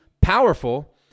powerful